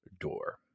door